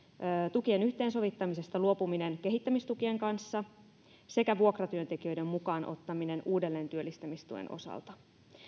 tukien yhteensovittamisesta luopuminen kehittämistukien kanssa sekä vuokratyöntekijöiden mukaan ottaminen uudelleen työllistämistuen osalta